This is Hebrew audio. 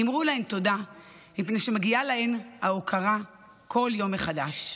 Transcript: אמרו להן תודה מפני שמגיעה להן ההוקרה כל יום מחדש.